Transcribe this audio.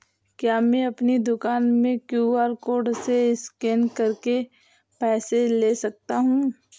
क्या मैं अपनी दुकान में क्यू.आर कोड से स्कैन करके पैसे ले सकता हूँ?